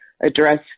address